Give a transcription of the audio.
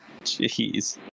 Jeez